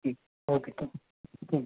okay थँ thank you